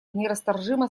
нерасторжимо